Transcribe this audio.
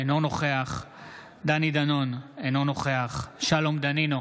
אינו נוכח דני דנון, אינו נוכח שלום דנינו,